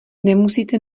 nemusíte